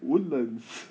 woodlands